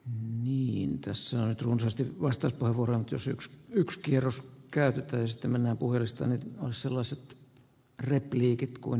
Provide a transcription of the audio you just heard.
mihin tässä on runsaasti vasta ohurantysyks yks kierros käytetyistä mennään puheista on sellaiset repliikit kuin